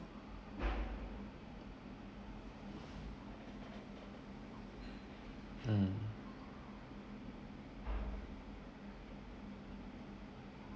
mm